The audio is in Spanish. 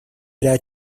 era